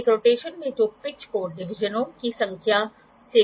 तो ऐ पिस इसे आवर्धित तरीके से प्रदान करता है